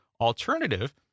alternative